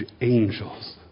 angels